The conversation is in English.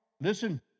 Listen